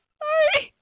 sorry